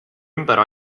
ümber